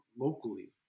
locally